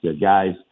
Guys